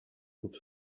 groupe